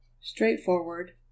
straightforward